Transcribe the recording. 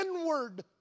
inward